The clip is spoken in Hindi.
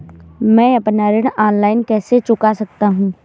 मैं अपना ऋण ऑनलाइन कैसे चुका सकता हूँ?